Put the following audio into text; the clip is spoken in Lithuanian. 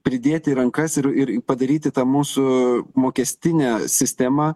pridėti rankas ir ir padaryti tą mūsų mokestinę sistemą